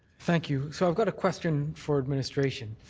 thank you. so i've got a question for administration.